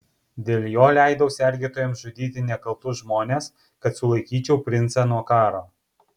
dėl jo leidau sergėtojams žudyti nekaltus žmones kad sulaikyčiau princą nuo karo